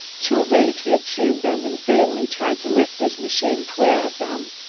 too late, he had seen them and vainly tried to lift his machine clear of them.